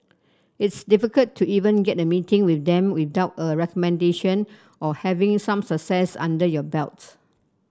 it's difficult to even get a meeting with them without a recommendation or having some success under your belt